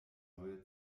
neue